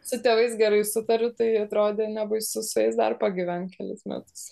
su tėvais gerai sutariu tai atrodė nebaisu su jais dar pagyvent kelis metus